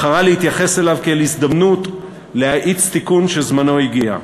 בחרה להתייחס אליו כאל הזדמנות להאיץ תיקון שזמנו הגיע.